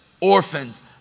orphans